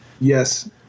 Yes